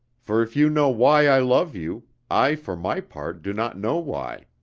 for if you know why i love you, i for my part do not know why.